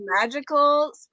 magical